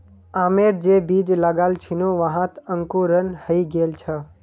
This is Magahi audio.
आमेर जे बीज लगाल छिनु वहात अंकुरण हइ गेल छ